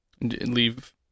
Leave